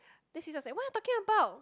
then she just like what you all talking about